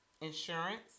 insurance